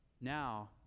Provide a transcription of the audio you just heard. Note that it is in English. now